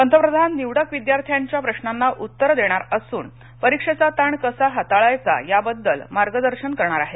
पंतप्रधान निवडक विद्यार्थ्यांच्या प्रशांना उत्तरं देणार असून परीक्षेचा ताण कसा हाताळायचा याबद्दल मार्गदर्शन करणार आहेत